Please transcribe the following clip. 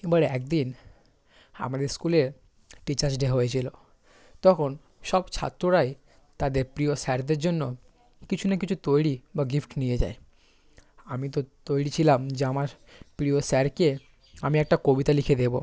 এবার এক দিন আমাদের স্কুলে টিচার্স ডে হয়েছিলো তখন সব ছাত্ররাই তাদের প্রিয় স্যারদের জন্য কিছু না কিছু তৈরি বা গিফট নিয়ে যায় আমি তো তৈরি ছিলাম যে আমার প্রিয় স্যারকে আমি একটা কবিতা লিখে দেবো